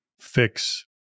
fix